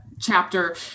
chapter